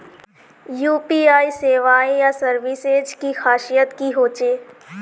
UPI सेवाएँ या services की खासियत की होचे?